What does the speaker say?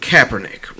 Kaepernick